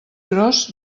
gros